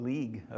League